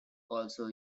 also